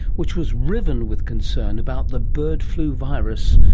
which was riven with concern about the bird flu virus,